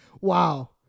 Wow